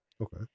Okay